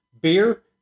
beer